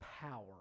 power